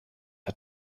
hat